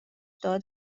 داد